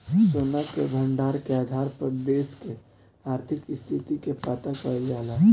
सोना के भंडार के आधार पर देश के आर्थिक स्थिति के पता कईल जाला